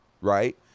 right